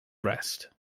rest